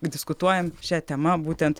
diskutuojam šia tema būtent